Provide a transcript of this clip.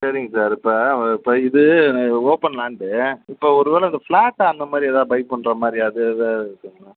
சரிங்க சார் இப்போ வ இப்போ இது ஓப்பன் லேண்டு இப்போ ஒருவேளை அந்த ஃப்ளட்டு அந்த மாதிரி ஏதா பை பண்ணுற மாதிரி அது ஏதாக இருக்குங்களா